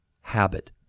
habit